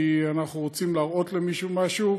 כי אנחנו רוצים להראות למישהו משהו,